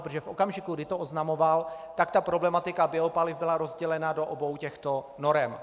Protože v okamžiku, kdy to oznamoval, ta problematika biopaliv byla rozdělena do obou těchto norem.